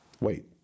Wait